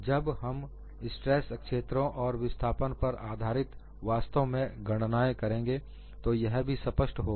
जब हम स्ट्रेस क्षेत्रों और विस्थापन पर आधारित वास्तव में गणनायें करेंगें तो यह भी स्पष्ट होगा